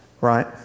Right